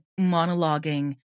monologuing